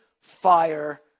fire